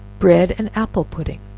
bread and apple pudding.